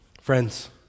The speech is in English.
Friends